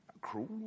cruel